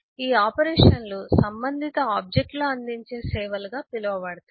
ఈ ఆపరేషన్లు సంబంధిత ఆబ్జెక్ట్ లు అందించే సేవలుగా పిలువబడతాయి